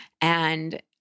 And-